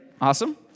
awesome